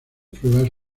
pruebas